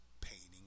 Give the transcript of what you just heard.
painting